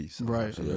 Right